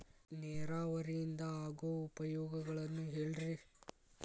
ನೇರಾವರಿಯಿಂದ ಆಗೋ ಉಪಯೋಗಗಳನ್ನು ಹೇಳ್ರಿ